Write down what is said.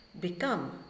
become